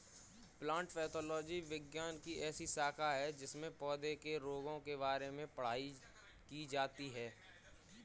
plant pathology विज्ञान की ऐसी शाखा है जिसमें पौधों के रोगों के बारे में पढ़ाई की जाती है